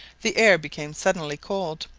the air became suddenly cold,